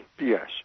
Yes